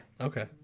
Okay